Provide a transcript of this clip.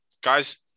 guys